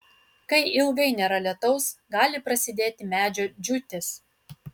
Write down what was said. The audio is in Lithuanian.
kai ilgai nėra lietaus gali prasidėti medžio džiūtis